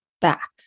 back